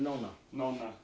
to no no no